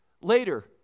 Later